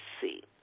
see